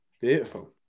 Beautiful